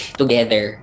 together